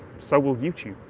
so will youtube.